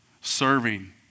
Serving